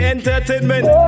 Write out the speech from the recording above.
Entertainment